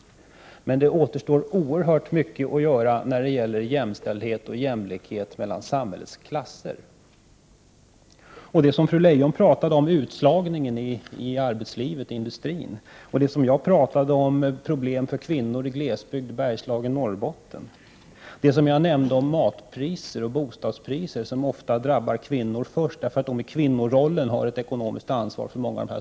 Men det återstår även oerhört mycket att göra för att åstadkomma jämställdhet och jämlikhet mellan samhällets klasser. Fru Leijon talade om utslagningen i arbetslivet, i industrin. Jag talade om problem för kvinnor i glesbygd såsom Bergslagen och Norrbotten, om effekterna av matpriser och bostadspriser som i första hand ofta drabbar kvinnor, eftersom de genom sin kvinnoroll har ett stort ekonomiskt ansvar för sådant.